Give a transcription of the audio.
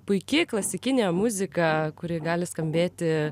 puiki klasikinė muzika kuri gali skambėti